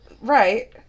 right